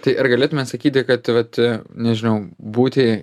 tai ar galėtumėt sakyti kad vat nežinau būti